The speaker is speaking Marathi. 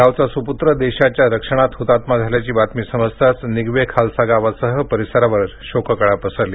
गावचा सुपुत्र देशाच्या रक्षणात हुतात्मा झाल्याची बातमी समजताच निगवे खालसा गावासह परिसरावर शोककळा पसरली